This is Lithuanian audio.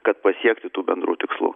kad pasiekti tų bendrų tikslų